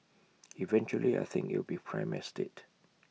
eventually I think IT will be prime estate